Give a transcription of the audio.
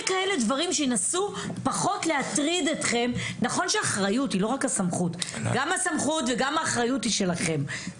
נכון שאחריות היא לא רק הסמכות; גם הסמכות וגם האחריות היא שלכם,